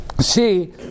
See